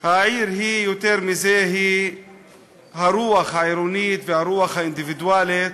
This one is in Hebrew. העיר היא יותר מזה: היא הרוח העירונית והרוח האינדיבידואלית.